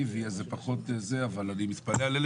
המשפט שאמרת, אני לא מקבל אותו.